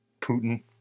Putin